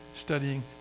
studying